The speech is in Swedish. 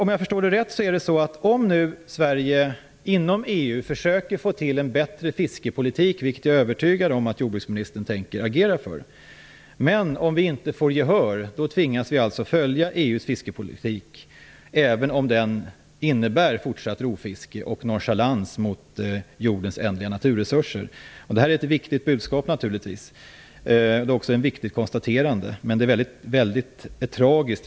Om jag förstår saken rätt är det så att om Sverige inom EU försöker få till en bättre fiskepolitik - vilket jag är övertygad om att jordbruksministern tänker agera för - men inte får gehör för den tvingas vi alltså följa EU:s fiskepolitik även om den innebär fortsatt rovfiske och nonchalans mot jordens ändliga naturresurser. Det är naturligtvis ett viktigt budskap. Det är också ett viktigt konstaterande. Men det är mycket tragiskt.